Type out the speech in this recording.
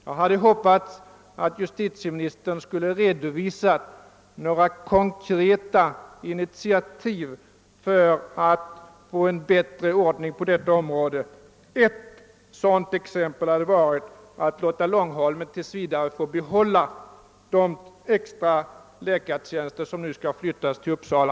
Jag hade hoppats att justitieministern skulle redovisa några konkreta initiativ för att få till stånd en bättre ordning på detta område. Ett sådant hade varit att låta Långholmen tills vidare få behålla de extra läkartjänster som nu skall flyttas till Uppsala.